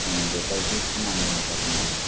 जों बेबायदि खामानि मावबोदों आरो